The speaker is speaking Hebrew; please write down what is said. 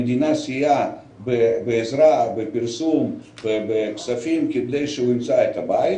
המדינה סייעה בעזרה בפרסום ובכספים כדי שהוא ימצא בית,